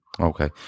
Okay